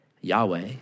Yahweh